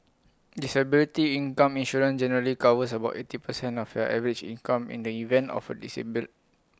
disability income insurance generally covers about eighty percent of your average income in the event of A dissemble